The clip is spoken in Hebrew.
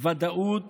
ודאות